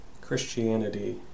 Christianity